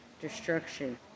destruction